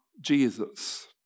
Jesus